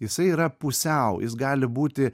jisai yra pusiau jis gali būti